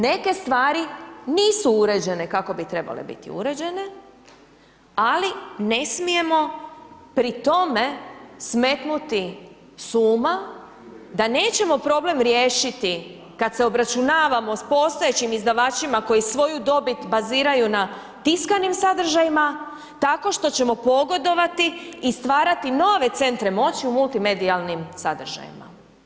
Neke stvari nisu uređene kako bi trebale biti uređene, ali ne smijemo pri tome smetnuti s uma da nećemo problem riješiti kad se obračunavamo s postojećim izdavačima koji svoju dobit baziraju na tiskanim sadržajima tako što ćemo pogodovati i stvarati nove centre moći u multimedijalnim sadržajima.